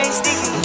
sticky